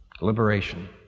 Liberation